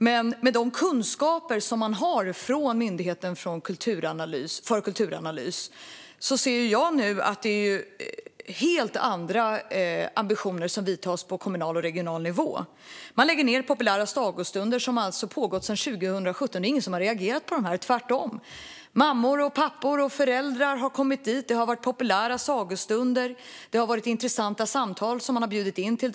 Men med kunskaper från Myndigheten för kulturanalys ser jag att det nu är helt andra ambitioner som man har på kommunal och regional nivå. Man lägger ned populära sagostunder som har pågått sedan 2017. Det är ingen som har reagerat på dem. Tvärtom har mammor, pappor och föräldrar kommit dit. Det har varit populära sagostunder. Det har varit intressanta samtal som man har bjudit in till.